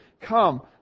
come